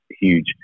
huge